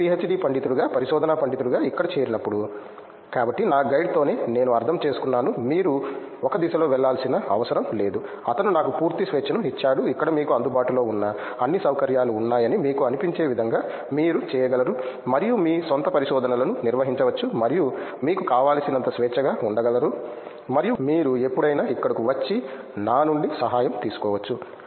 నేను పీహెచ్డీ పండితుడిగా పరిశోధనా పండితుడిగా ఇక్కడ చేరినప్పుడు కాబట్టి నా గైడ్తోనే నేను అర్థం చేసుకున్నాను మీరు ఒక దిశలో వెళ్ళాల్సిన అవసరం లేదు అతను నాకు పూర్తి స్వేచ్ఛను ఇచ్చాడు ఇక్కడ మీకు అందుబాటులో ఉన్న అన్ని సౌకర్యాలు ఉన్నాయని మీకు అనిపించే విధంగా మీరు చేయగలరు మరియు మీరు మీ స్వంత పరిశోధనలను నిర్వహించవచ్చు మరియు మీకు కావలసినంత స్వేచ్ఛగా ఉండగలరు మరియు మీరు ఎప్పుడైనా ఇక్కడకు వచ్చి నా నుండి సహాయం తీసుకోవచ్చు